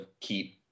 keep